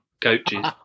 coaches